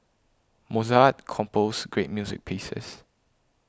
Mozart composed great music pieces